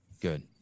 Good